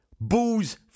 Booze